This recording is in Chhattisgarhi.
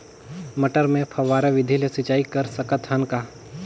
मटर मे फव्वारा विधि ले सिंचाई कर सकत हन का?